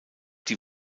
die